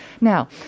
Now